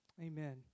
Amen